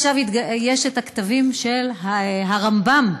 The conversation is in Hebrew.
הכתבים של הרמב"ם,